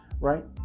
right